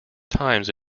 times